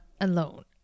alone